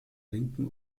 linken